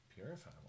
Purify